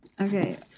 okay